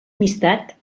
amistat